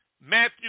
Matthew